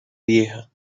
vieja